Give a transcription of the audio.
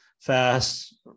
fast